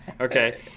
Okay